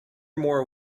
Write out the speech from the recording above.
more